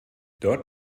dort